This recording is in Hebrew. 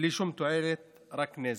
בלי שום תועלת, רק נזק.